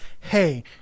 Hey